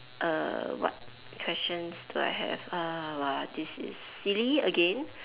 err what questions do I have uh !wah! this is silly again